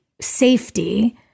safety